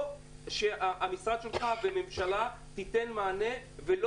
או שהמשרד שלך בממשלה ייתן מענה ולא